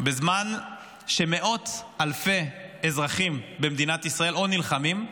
בזמן שמאות אלפי אזרחים במדינת ישראל נלחמים,